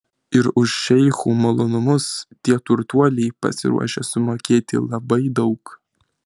ir už šeichų malonumus tie turtuoliai pasiruošę sumokėti labai daug